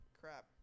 Crap